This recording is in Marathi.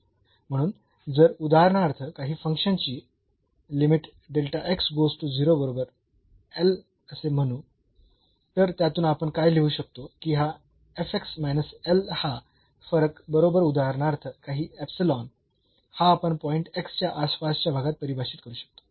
म्हणून जर उदाहरणार्थ काही फंक्शन ची बरोबर असे म्हणू तर त्यातून आपण काय लिहू शकतो की हा हा फरक बरोबर उदाहरणार्थ काही हा आपण पॉईंट च्या आसपासच्या भागात परिभाषित करू शकतो